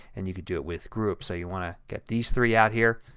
and you can do it with groups. so you want to get these three out here,